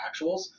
actuals